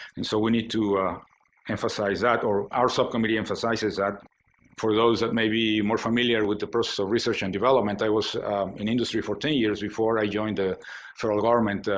and so we need to emphasize that or our subcommittee emphasizes that for those that may be more familiar with the personal research and development. i was in industry for ten years before i joined the federal government.